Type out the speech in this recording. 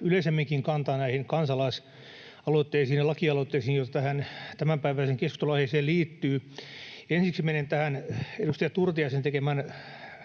yleisemminkin kantaa näihin kansalaisaloitteisiin ja lakialoitteisiin, joita tähän tämänpäiväiseen keskusteluaiheeseen liittyy. Ensiksi menen tähän edustaja Turtiaisen tekemään